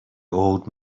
old